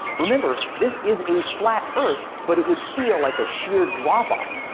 remember, this is a flat earth, but it would feel like a sheer drop off.